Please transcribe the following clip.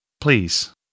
Please